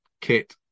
Kit